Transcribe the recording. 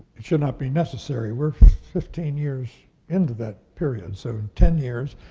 it should not be necessary. we're fifteen years into that period. so in ten years,